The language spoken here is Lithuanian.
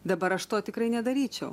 dabar aš to tikrai nedaryčiau